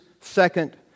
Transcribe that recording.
second